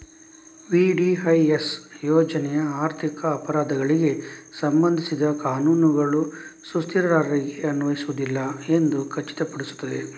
VDIS ಯೋಜನೆಯು ಆರ್ಥಿಕ ಅಪರಾಧಗಳಿಗೆ ಸಂಬಂಧಿಸಿದ ಕಾನೂನುಗಳು ಸುಸ್ತಿದಾರರಿಗೆ ಅನ್ವಯಿಸುವುದಿಲ್ಲ ಎಂದು ಖಚಿತಪಡಿಸುತ್ತದೆ